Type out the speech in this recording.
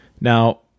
now